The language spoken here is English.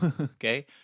okay